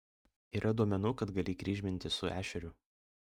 yra duomenų kad gali kryžmintis su ešeriu